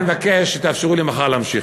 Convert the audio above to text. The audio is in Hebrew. לכן אני מבקש שתאפשרו לי מחר להמשיך.